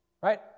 Right